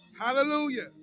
Hallelujah